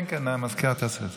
בבקשה.